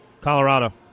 Colorado